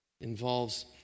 involves